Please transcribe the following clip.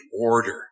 order